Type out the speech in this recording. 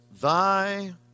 Thy